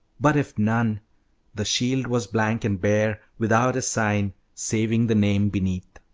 but if none the shield was blank and bare, without a sign, saving the name beneath.